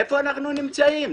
איפה אנחנו נמצאים?